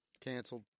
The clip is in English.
Canceled